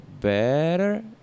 better